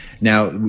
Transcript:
now